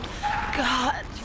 God